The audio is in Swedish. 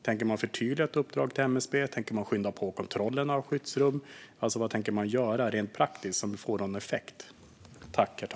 Tänker man förtydliga ett uppdrag till MSB? Tänker man skynda på kontrollen av skyddsrum? Vad tänker man göra rent praktiskt, som får någon effekt?